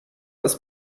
als